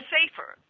safer